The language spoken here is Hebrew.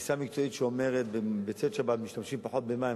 גם יש תפיסה מקצועית שאומרת: בצאת שבת משתמשים פחות במים.